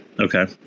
Okay